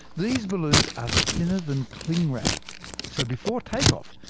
these balloons are thinner than cling wrap so before take-off,